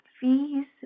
fees